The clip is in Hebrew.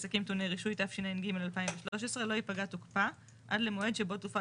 עסקים טעוני רישוי תשע"ג-2013 לא יפגע תוקפה עד למועד שבו תופעל